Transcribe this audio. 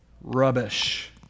rubbish